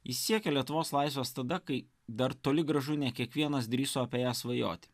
jis siekė lietuvos laisvės tada kai dar toli gražu ne kiekvienas drįso apie ją svajoti